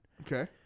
Okay